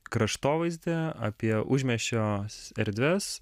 kraštovaizdį apie užmiesčio erdves